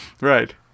Right